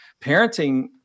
Parenting